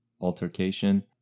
altercation